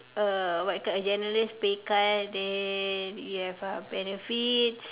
a what you call a generous pay cut then you have uh benefits